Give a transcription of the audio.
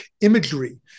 imagery